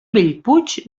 bellpuig